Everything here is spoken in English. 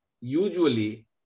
usually